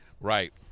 Right